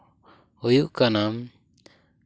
ᱦᱩᱭᱩᱜ ᱠᱟᱱᱟ